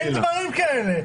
אין דברים כאלה.